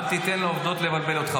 אל תיתן לעובדות לבלבל אותך.